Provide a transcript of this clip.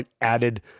added